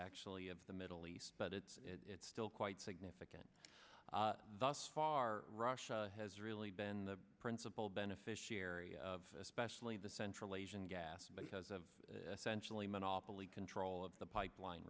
actually of the middle east but it's it's still quite significant thus far russia has really been the principal beneficiary of especially the central asian gas because of sensually monopoly control of the pipeline